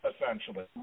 essentially